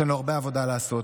יש לנו הרבה עבודה לעשות.